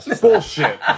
bullshit